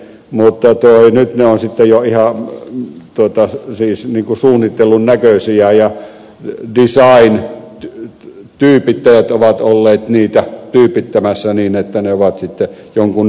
mutta nyt ne ovat sitten jo ihan suunnitellun näköisiä ja design tyypittäjät ovat olleet niitä tyypittämässä niin että ne ovat sitten jonkun näköisiäkin